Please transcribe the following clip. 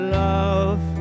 love